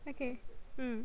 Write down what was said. okay mm